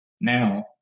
now